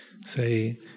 say